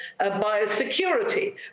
biosecurity